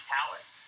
Palace